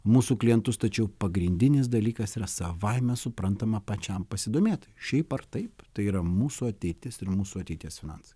mūsų klientus tačiau pagrindinis dalykas yra savaime suprantama pačiam pasidomėti šiaip ar taip tai yra mūsų ateitis ir mūsų ateities finansai